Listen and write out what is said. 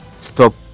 Stop